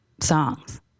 songs